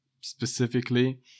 specifically